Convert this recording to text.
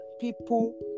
people